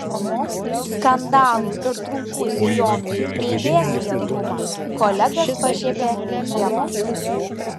skandalų ir trumpų sijonų juk neįdėsi į albumą kolegas pašiepia ieva